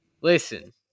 listen